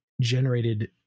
generated